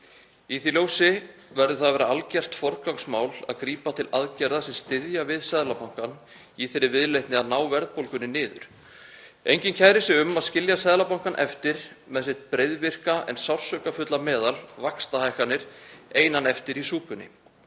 Í því ljósi verður að vera algert forgangsmál að grípa til aðgerða sem styðja við Seðlabankann í þeirri viðleitni að ná verðbólgunni niður. Enginn kærir sig um að skilja Seðlabankann einan eftir í súpunni með sitt breiðvirka en sársaukafulla meðal, vaxtahækkanir. Við viljum ekki